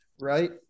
Right